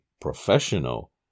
professional